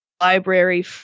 library –